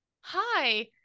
Hi